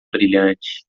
brilhante